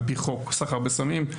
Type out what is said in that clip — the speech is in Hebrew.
על-פי חוק סחר בסמים.